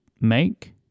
make